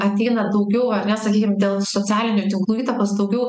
ateina daugiau ar ne sakykim dėl socialinių tinklų įtakos daugiau